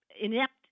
inept